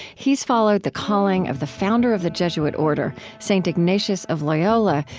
he's followed the calling of the founder of the jesuit order, st. ignatius of loyola,